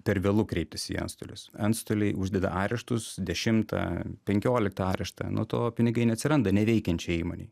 per vėlu kreiptis į antstolius antstoliai uždeda areštus dešimtą penkioliktą areštą nu to pinigai neatsiranda neveikiančiai įmonei